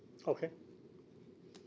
okay